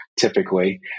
typically